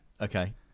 Okay